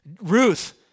Ruth